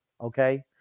Okay